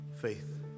Faith